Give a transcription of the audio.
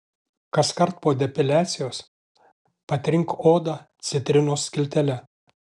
kaskart po depiliacijos patrink odą citrinos skiltele